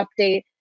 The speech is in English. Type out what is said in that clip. update